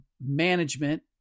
management